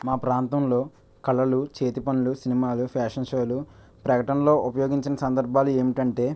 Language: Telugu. మా ప్రాంతంలో కళలు చేతి పనులు సినిమాలు ఫ్యాషన్ షోలు ప్రకటనలో ఉపయోగించిన సందర్భాలు ఏమిటి అంటే